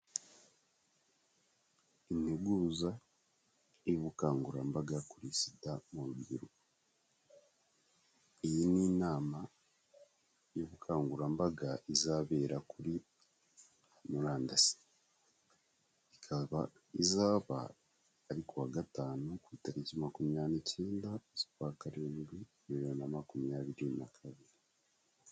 Integuza y, ubukangurambaga kuri sida mu rubyiruko iyi ni inama y'ubukangurambaga izabera kuri murandasi ikaba izaba ari kuwa gatanu ku itariki makumyabiri icyenda z'u kwakarindwi bibiri na makumyabiri na kabiri.